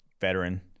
Veteran